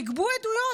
תגבו עדויות,